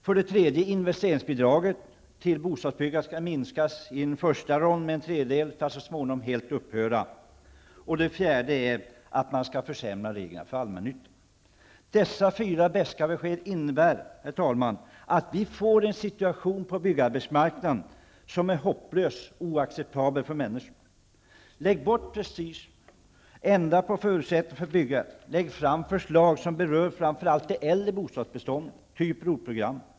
För det tredje skall investeringsbidraget till bostadsbyggandet minskas, i en första rond med en tredjedel, för att så småningom helt upphöra. För det fjärde skall man försämra reglerna för allmännyttan. Dessa fyra beska besked innebär att vi får en situation på byggarbetsmarknaden som är hopplös och oacceptabel för människorna. Lägg bort prestigen! Ändra på förutsättningarna för byggandet! Lägg fram förslag som berör framför allt det äldre bostadsbeståndet, typ ROT programmet.